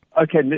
Okay